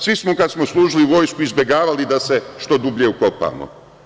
Svi smo kada smo služili vojsku izbegavali da se što dublje ukopavamo.